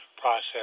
process